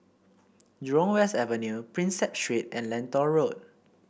Jurong West Avenue Prinsep Street and Lentor Road